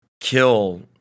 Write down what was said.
kill